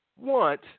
want